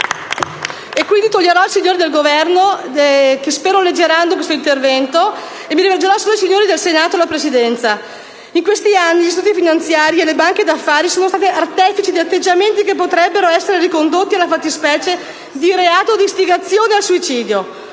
Quindi non dirò più "signori del Governo", che spero comunque leggeranno questo intervento, e mi rivolgerò solo alla Presidenza e agli onorevoli senatori. In questi anni gli istituti finanziari e le banche d'affari sono stati artefici di atteggiamenti che potrebbero essere ricondotti alla fattispecie di reato di istigazione al suicidio.